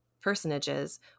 personages